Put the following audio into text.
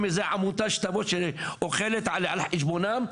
איזה עמותה שתבוא שאוכלת על חשבונם.